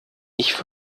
ich